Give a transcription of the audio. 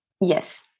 Yes